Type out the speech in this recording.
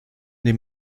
dem